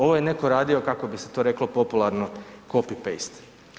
Ovo je netko radio kako bi se to reklo popularno copy paste.